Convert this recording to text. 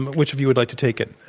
which of you would like to take it?